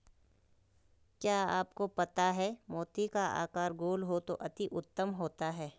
क्या आपको पता है मोती का आकार गोल हो तो अति उत्तम होता है